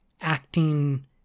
acting